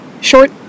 short